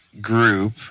group